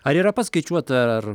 ar yra paskaičiuota ar ar